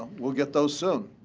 we'll get those soon.